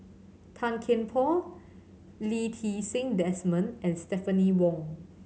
Tan Kian Por Lee Ti Seng Desmond and Stephanie Wong